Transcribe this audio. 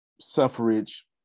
suffrage